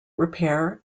repair